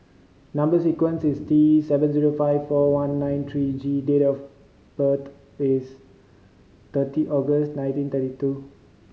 number sequence is T seven zero five four one nine three G date of birth is thirty August nineteen thirty two